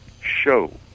show